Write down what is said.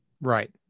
right